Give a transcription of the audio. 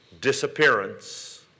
disappearance